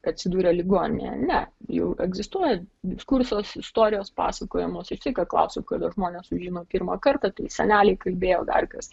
atsidūrę ligoninėje ne jau egzistuoja diskursas istorijos pasakojamos išsyk klausiu kada žmonės sužino pirmą kartą tai seneliai kalbėjo dar kas